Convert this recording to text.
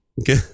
Okay